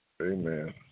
Amen